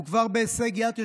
הוא כבר בהישג יד.